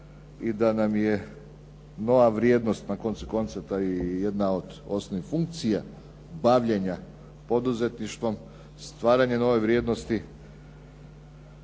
i da nam je nova vrijednost, na koncu konca ta i jedna od osnovnih funkcija bavljenja poduzetništvom, stvaranje nove vrijednosti,